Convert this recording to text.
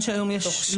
7(א)(3) .